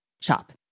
shop